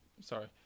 Sorry